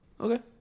Okay